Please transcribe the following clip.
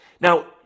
Now